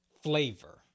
flavor